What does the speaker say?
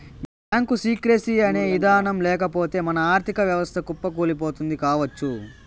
bank secrecy అనే ఇదానం లేకపోతె మన ఆర్ధిక వ్యవస్థ కుప్పకూలిపోతుంది కావచ్చు